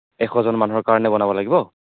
এশজন মানুহৰ কাৰণে বনাব লাগিব